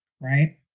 right